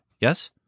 yes